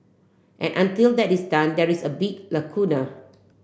and until that is done there is a big lacuna